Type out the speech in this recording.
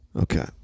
Okay